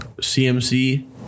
CMC